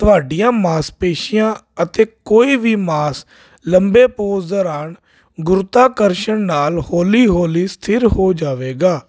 ਤੁਹਾਡੀਆਂ ਮਾਸਪੇਸ਼ੀਆਂ ਅਤੇ ਕੋਈ ਵੀ ਮਾਸ ਲੰਬੇ ਪੋਜ਼ ਦੌਰਾਨ ਗੁਰਤਾਕਰਸ਼ਨ ਨਾਲ ਹੋਲੀ ਹੌਲੀ ਸਥਿਰ ਹੋ ਜਾਵੇਗਾ